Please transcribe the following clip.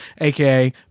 aka